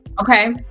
Okay